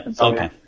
okay